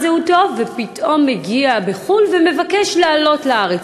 זהותו ופתאום מגיע מחו"ל ומבקש לעלות לארץ.